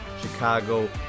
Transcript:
Chicago